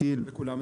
למה זה טוב לכולם?